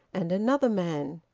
and another man.